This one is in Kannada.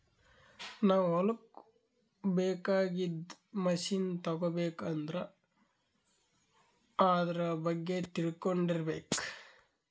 ನಾವ್ ಹೊಲಕ್ಕ್ ಬೇಕಾಗಿದ್ದ್ ಮಷಿನ್ ತಗೋಬೇಕ್ ಅಂದ್ರ ಆದ್ರ ಬಗ್ಗೆ ತಿಳ್ಕೊಂಡಿರ್ಬೇಕ್